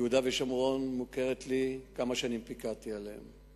יהודה ושומרון מוכר לי, כמה שנים פיקדתי שם.